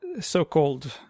so-called